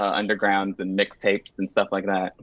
undergrounds and mixtapes and stuff like that.